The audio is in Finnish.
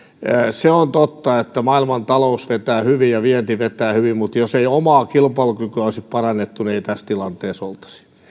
se on totta että maailmantalous vetää hyvin ja vienti vetää hyvin mutta jos ei omaa kilpailukykyä olisi parannettu niin ei tässä tilanteessa oltaisi